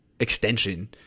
extension